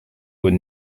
would